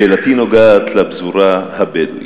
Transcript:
שאלתי נוגעת לפזורה הבדואית.